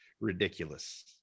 ridiculous